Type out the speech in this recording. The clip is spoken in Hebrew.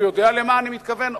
הוא יודע למה אני מתכוון,